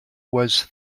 was